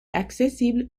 accessible